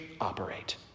operate